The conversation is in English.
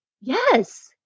yes